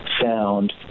sound